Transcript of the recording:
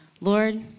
Lord